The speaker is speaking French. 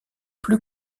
plus